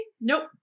Nope